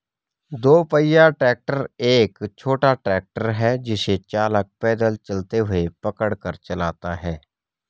दो पहिया ट्रैक्टर एक छोटा ट्रैक्टर है जिसे चालक पैदल चलते हुए पकड़ कर चलाता है